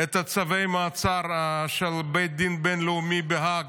את צווי המעצר של בית הדין הבין-לאומי בהאג,